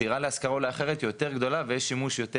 דירה להשכרה אולי אחרת יותר גדולה ויש שימוש יותר